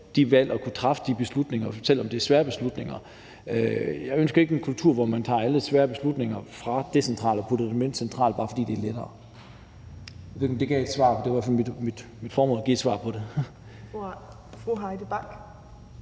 de valg og træffe de beslutninger, selv om det er svære beslutninger. Jeg ønsker ikke en kultur, hvor man flytter alle svære beslutninger fra det decentrale til det centrale, bare fordi det er lettere. Jeg ved ikke, om det var et svar, men det var i hvert fald mit formål at give et svar på det. Kl. 15:12 Tredje